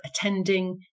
attending